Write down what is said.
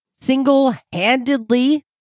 single-handedly